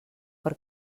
per